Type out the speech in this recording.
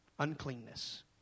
Uncleanness